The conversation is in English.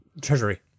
Treasury